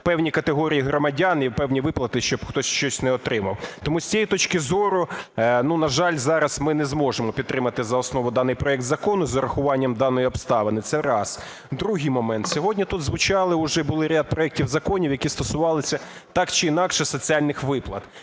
певні категорії громадян і певні виплати, щоб хтось щось не отримав. Тому з цієї точки зору, ну жаль. зараз ми не зможемо підтримати за основу даний проект закону з урахуванням даної обставини. Це раз. Другий момент. Сьогодні тут звучало уже, були ряд проектів законів, які стосувалися так чи інакше соціальних виплат.